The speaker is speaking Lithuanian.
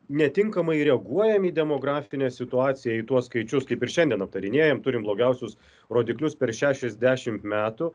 netinkamai reaguojam į demografinę situaciją į tuos skaičius kaip ir šiandien aptarinėjam turim blogiausius rodiklius per šešiasdešimt metų